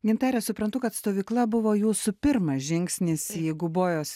gintare suprantu kad stovykla buvo jūsų pirmas žingsnis į gubojos